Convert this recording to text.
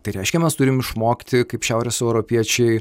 tai reiškia mes turim išmokti kaip šiaurės europiečiai